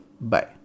bye